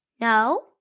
No